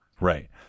Right